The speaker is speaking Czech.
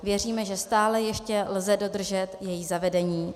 Věříme, že stále ještě lze dodržet její zavedení.